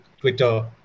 Twitter